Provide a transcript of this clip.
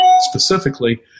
Specifically